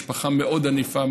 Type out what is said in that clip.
משפחה מאוד ענפה,